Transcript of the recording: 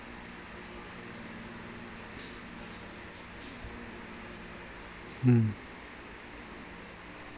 mm